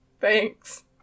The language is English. Thanks